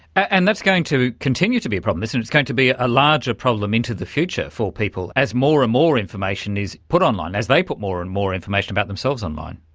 and that's going to continue to be a problem, isn't it, it's going to be a larger problem into the future for people as more and more information is put online, as they put more and more information about themselves online.